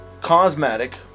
cosmetic